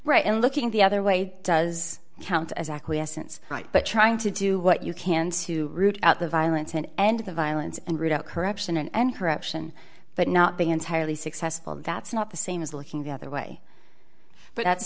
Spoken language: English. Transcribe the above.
right and looking the other way does count as acquiescence right but trying to do what you can to root out the violence and end the violence and root out corruption and corruption but not be entirely successful and that's not the same as looking the other way but